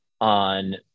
on